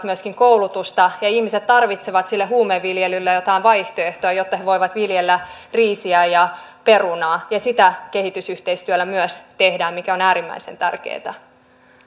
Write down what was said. myöskin koulutusta ja ihmiset tarvitsevat sille huumeviljelylle jotain vaihtoehtoja jotta he voivat viljellä riisiä ja perunaa sitä kehitysyhteistyöllä myös tehdään mikä on äärimmäisen